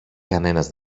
κανένας